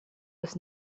was